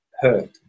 hurt